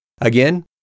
Again